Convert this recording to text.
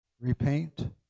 Repaint